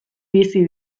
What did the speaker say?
bizi